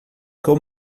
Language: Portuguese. cão